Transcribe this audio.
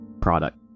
product